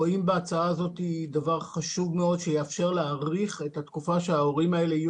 רואים בהצעה הזאת דבר חשוב מאוד שיאפשר להאריך את התקופה שההורים יהיו